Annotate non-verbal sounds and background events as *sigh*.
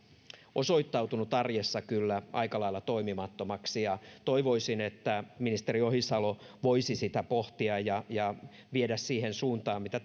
osoittautunut arjessa kyllä aika lailla toimimattomaksi ja toivoisin että ministeri ohisalo voisi sitä pohtia ja ja viedä siihen suuntaan mitä *unintelligible*